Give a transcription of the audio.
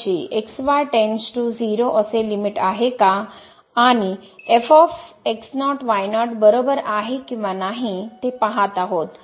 ची असे लिमिट आहे का आणि f बरोबर आहे किंवा नाही ते पाहत आहोत